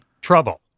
Trouble